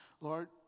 Lord